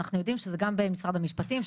אנחנו יודעים שזה גם במשרד המשפטים,